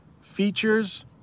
features